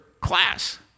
class